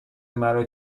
مرا